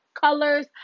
colors